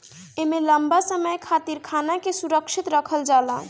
एमे लंबा समय खातिर खाना के सुरक्षित रखल जाला